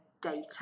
data